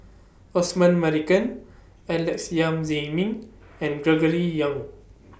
Osman Merican Alex Yam Ziming and Gregory Yong